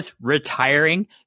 retiring